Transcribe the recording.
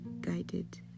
guided